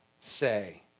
say